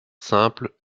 simples